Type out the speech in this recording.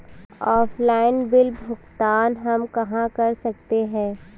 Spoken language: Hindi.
ऑफलाइन बिल भुगतान हम कहां कर सकते हैं?